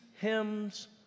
hymns